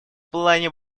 плане